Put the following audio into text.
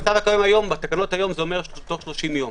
המצב הנוהג היום זה תוך 30 יום.